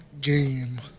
game